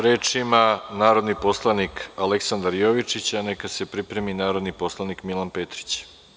Reč ima narodni poslanik Aleksandar Jovičić, a neka se pripremi narodni poslanik Milan Petrić.